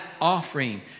offering